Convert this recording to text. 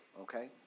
Okay